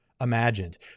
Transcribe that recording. imagined